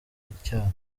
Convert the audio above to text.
icyaha